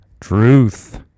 truth